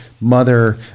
mother